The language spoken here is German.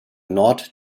nord